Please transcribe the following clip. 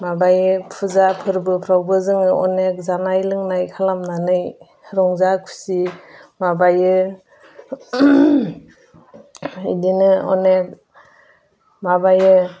माबायो फुजा फोरबोफ्रावबो जोङो अनेक जानाय लोंनाय खालामनानै रंजा खुसि माबायो बिदिनो अनेक माबायो